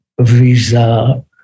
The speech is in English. visa